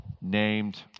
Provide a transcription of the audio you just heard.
named